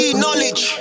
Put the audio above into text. knowledge